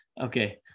okay